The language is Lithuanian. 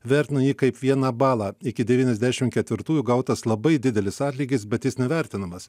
vertina jį kaip vieną balą iki devyniasdešim ketvirtųjų gautas labai didelis atlygis bet jis nevertinamas